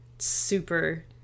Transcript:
super